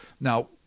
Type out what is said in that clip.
Now